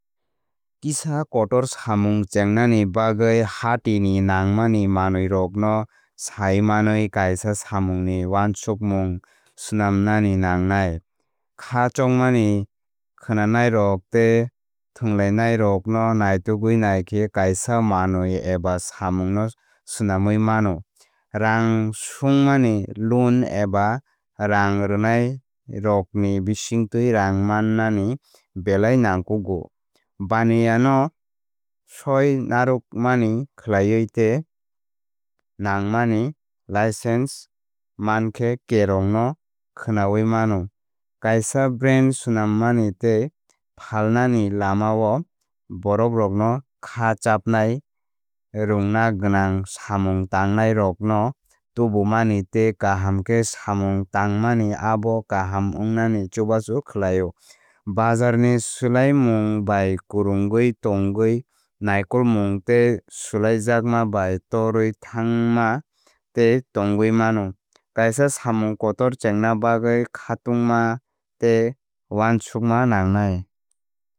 Kisa kotor samung chengnani bagwi hati ni nangmani manwirokno saimanwi kaisa samungni wansukmung swnamnani nangnai. Kha chongmani khwnanairok tei thwnglainairokno naitugwi naikhe kaisa manwi eba samungno swnamwi mano. Rang swngmani loan eba rang rwnairokni bisingtwi rang mannani belai nangkukgo. Baniya no swi narwkmani khlaiwi tei nangmani license mankhe kerong no khwnawi mano. Kaisa brand swnammani tei phalnani lamao borokrokno khá chapnai. Rungna gwnang samung tangnairokno tubumani tei kaham khe samung tangmani abo kaham wngnani chubachu khlaio. Bazar ni swlaimung bai kwrwngwi tongwi naikolmung tei swlaijakma bai torwi thangma tei tongwi mano. Kaisa samung kotor chengna bagwi khatungma khatungma tei uansukma nangnai.